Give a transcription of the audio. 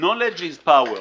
Knowledge is power.